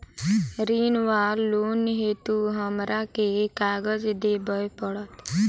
ऋण वा लोन हेतु हमरा केँ कागज देबै पड़त?